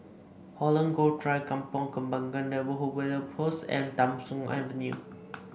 Holland Grove Drive Kampong Kembangan Neighbourhood Police Post and Tham Soong Avenue